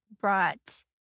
brought